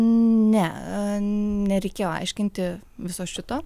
ne nereikėjo aiškinti viso šito